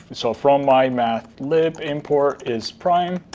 so from mymathlib, import is prime.